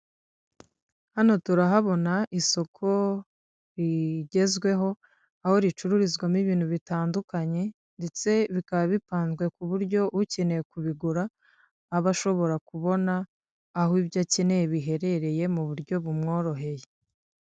Hano turahabona isoko rigezweho aho ricururizwamo ibintu bitandukanye, ndetse bikaba bipanzwe ku buryo ukeneye kubigura aba ashobora kubona aho ibyo akeneye biherereye mu buryo bumworoheye.